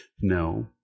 No